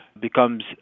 becomes